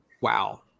wow